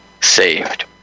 saved